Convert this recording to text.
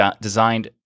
designed